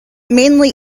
mainly